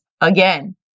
again